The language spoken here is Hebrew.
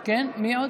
כן, מי עוד?